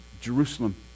Jerusalem